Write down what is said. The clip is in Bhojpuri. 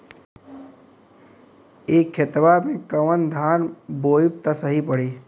ए खेतवा मे कवन धान बोइब त सही पड़ी?